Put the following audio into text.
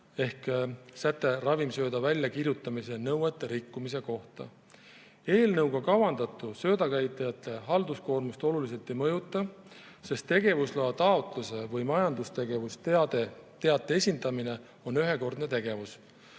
ehk säte ravimsööda väljakirjutamise nõuete rikkumise kohta. Eelnõuga kavandatu söödakäitlejate halduskoormust oluliselt ei mõjuta, sest tegevusloa taotluse või majandustegevusteate esitamine on ühekordne tegevus.